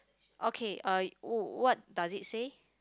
okay uh w~ what does it say